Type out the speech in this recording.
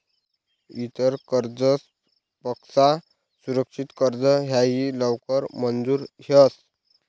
इतर कर्जसपक्सा सुरक्षित कर्ज हायी लवकर मंजूर व्हस